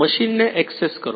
મશીનને એક્સેસ કરો